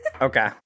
Okay